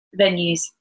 venues